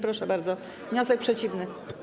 Proszę bardzo, wniosek przeciwny.